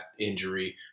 injury